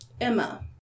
Emma